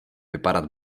vypadat